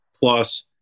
plus